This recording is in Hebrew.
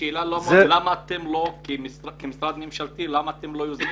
השאלה למה אתם כמשרד ממשלתי לא יוזמים